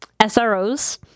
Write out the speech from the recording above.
SROs